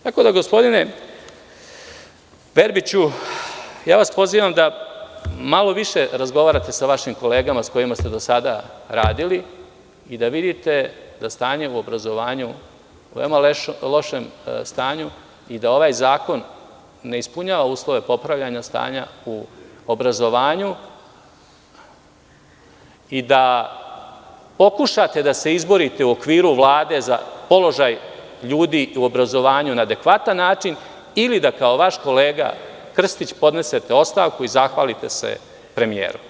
Tako da gospodine Verbiću, pozivam vas da malo više razgovarate sa vašim kolegama sa kojima ste do sada radili i da vidite da je stanje u obrazovanju u veoma lošem stanju i da ovaj zakon ne ispunjava uslove popravljanja stanja u obrazovanju i da pokušate da se izborite u okviru Vlade za položaj ljudi u obrazovanju na adekvatan način ili da kao vaš kolega Krstić podnesete ostavku i zahvalite se premijeru.